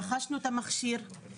רכשנו את המכשיר,